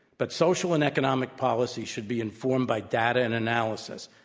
but social and economic policy should be informed by data and analysis,